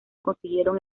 consiguieron